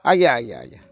ଆଜ୍ଞା ଆଜ୍ଞା